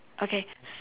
okay s~